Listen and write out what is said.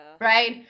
Right